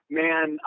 man